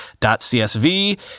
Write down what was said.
.csv